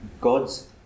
God's